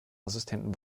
assistenten